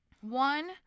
One